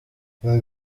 king